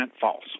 false